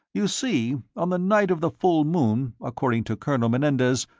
you see, on the night of the full moon, according to colonel menendez,